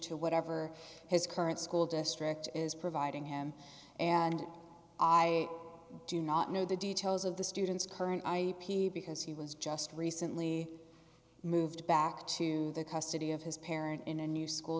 to whatever his current school district is providing him and i do not know the details of the student's current i p because he was just recently moved back to the custody of his parent in a new school